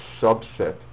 subset